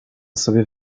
sobie